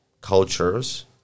cultures